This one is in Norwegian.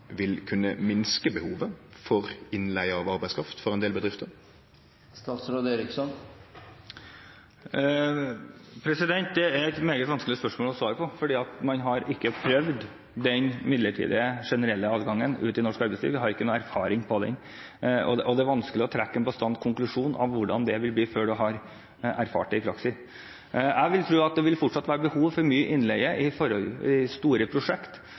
vil kunne minske behovet for innleige av arbeidskraft for ein del bedrifter? Det er et meget vanskelig spørsmål å svare på. Man har ikke prøvd den generelle midlertidige adgangen i norsk arbeidsliv. Man har ikke noen erfaring med det, og det er vanskelig å trekke en bastant konklusjon av hvordan det vil bli, før man har erfart det i praksis. Jeg vil tro at det fortsatt vil være behov for mye innleie i forbindelse med store prosjekt,